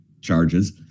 charges